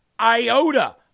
iota